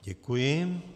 Děkuji.